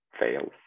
fails